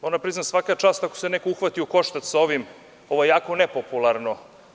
Moram da priznam, svaka čast ako se neko uhvati u koštac sa ovim, ovo je jako nepopularno.